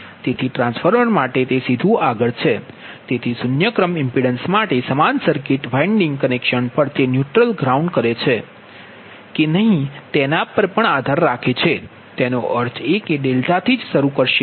તેથી ટ્રાન્સફોર્મર માટે તે સીધું આગળ છે તેથી શૂન્ય અનુક્રમ ઇમ્પિડન્સ માટે સમાન સર્કિટ વાઇંડિગ કનેક્શન પર તે ન્યુટ્રલ્સને ગ્રાઉન્ડ કરે છે કે નહીં તેના પર પણ આધાર રાખે છે તેનો અર્થ છે કે ડેલ્ટાથી જ શરૂ કરો